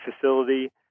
facility